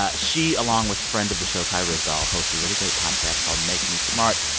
ah she, along with friend of the show kai ryssdal, host a really great podcast called make me smart.